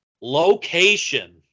Location